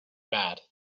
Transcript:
bad